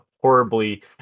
horribly